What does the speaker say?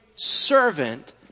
servant